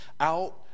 out